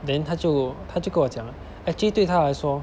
then 他就他就跟我讲 actually 对他来说